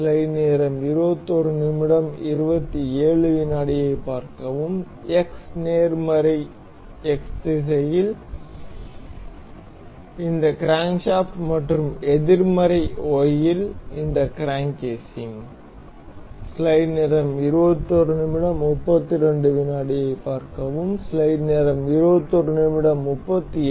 X நேர்மறை X திசையில் இந்த கிரான்ஸ்காஃப்ட் மற்றும் எதிர்மறை Y இல் இந்த கிராங்க் கேசிங்